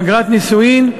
אגרת נישואין,